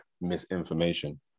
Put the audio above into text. misinformation